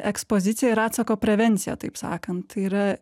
ekspozicija ir atsako prevencija taip sakant yra